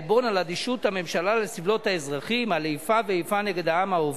שבא וטבח פה בישיבת "מרכז